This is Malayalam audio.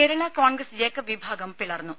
കേരള കോൺഗ്രസ് ജേക്കബ് വിഭാഗം പിളർന്നു